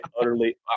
utterly –